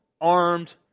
armed